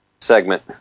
segment